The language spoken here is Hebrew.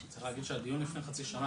צריך להגיד שהדיון לפני חצי שנה,